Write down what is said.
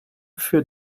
für